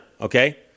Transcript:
okay